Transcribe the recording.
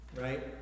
Right